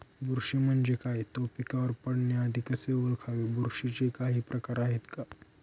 बुरशी म्हणजे काय? तो पिकावर पडण्याआधी कसे ओळखावे? बुरशीचे काही प्रकार आहेत का?